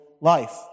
life